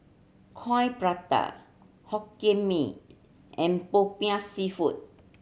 Coin Prata Hokkien Mee and Popiah Seafood